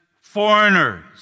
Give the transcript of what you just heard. foreigners